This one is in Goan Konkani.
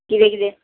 किदें किदें